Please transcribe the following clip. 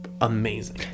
amazing